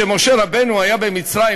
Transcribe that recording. כשמשה רבנו היה במצרים,